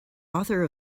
author